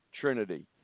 Trinity